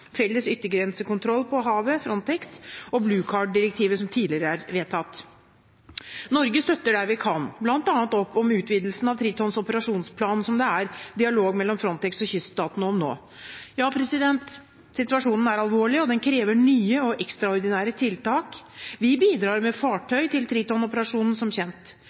felles yttergrensekontroll på havet – Frontex Blue Card-direktivet, som tidligere er vedtatt Norge støtter der vi kan, bl.a. opp om utvidelsen av Tritons operasjonsplan som det er dialog mellom Frontex og kyststatene om nå. Ja, situasjonen er alvorlig, og den krever nye og ekstraordinære tiltak. Vi bidrar med fartøy til Triton-operasjonen, som kjent.